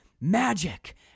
magic